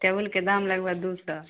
टेबुलके दाम लगबऽ दू सए